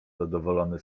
zadowolony